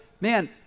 man